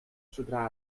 zodra